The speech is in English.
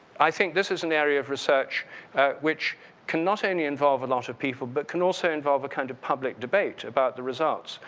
i think this is an area of research which cannot only involve a lot of people but can also involve a kind of public debate about the results.